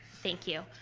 thank you.